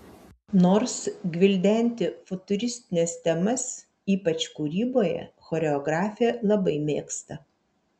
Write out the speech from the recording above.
nors gvildenti futuristines temas ypač kūryboje choreografė labai mėgsta